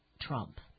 Trump